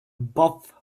both